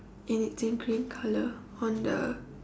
and it's in green colour on the